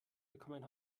bekommen